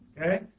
okay